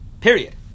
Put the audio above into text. Period